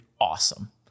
awesome